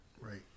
Right